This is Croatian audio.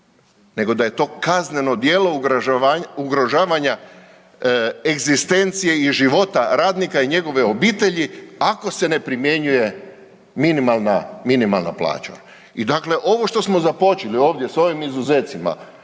nego da je kazneno djelo ugrožavanja egzistencije i života radnika i njegove obitelji ako se ne primjenjuje minimalna plaća. I dakle, ovo što smo započeli ovdje, s ovim izuzecima